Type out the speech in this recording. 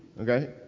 okay